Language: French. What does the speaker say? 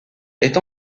est